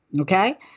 Okay